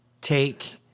take